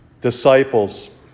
disciples